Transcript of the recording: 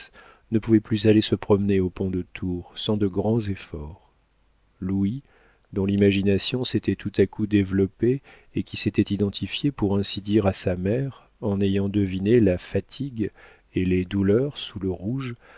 ne pouvait plus aller se promener au pont de tours sans de grands efforts louis dont l'imagination s'était tout à coup développée et qui s'était identifié pour ainsi dire à sa mère en ayant deviné la fatigue et les douleurs sous le rouge